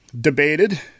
debated